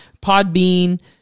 Podbean